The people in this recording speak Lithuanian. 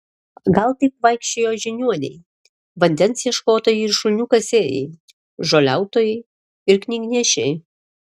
gal taip vaikščiojo žiniuoniai vandens ieškotojai ir šulinių kasėjai žoliautojai ir knygnešiai